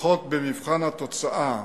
לפחות במבחן התוצאה,